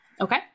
Okay